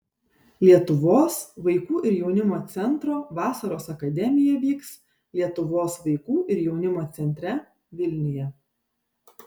lietuvos vaikų ir jaunimo centro vasaros akademija vyks lietuvos vaikų ir jaunimo centre vilniuje